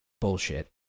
bullshit